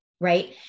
right